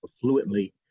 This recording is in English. fluently